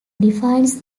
defines